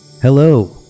Hello